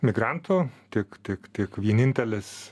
migrantų tik tik tik vienintelis